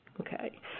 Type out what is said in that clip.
Okay